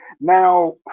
Now